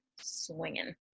swinging